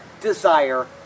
desire